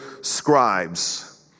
scribes